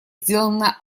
сделанное